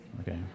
okay